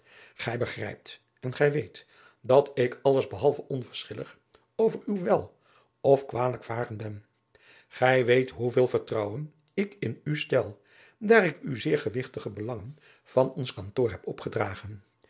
gij begrijpt en gij weet dat ik alles behalve onverschillig over uw wel of kwalijk varen ben gij weet hoeveel vertrouwen ik in u stel daar ik u zeer gewigtige belangen van ons kantoor heb opgedragen